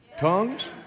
Tongues